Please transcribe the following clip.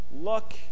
look